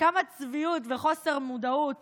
כמה צביעות וחוסר מודעות